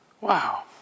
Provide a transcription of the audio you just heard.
Wow